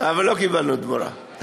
אבל לא קיבלנו תמורה.